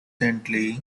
recently